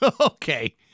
Okay